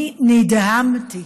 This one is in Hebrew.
אני נדהמתי